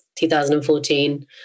2014